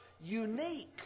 unique